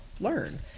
learn